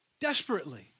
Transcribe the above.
desperately